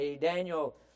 Daniel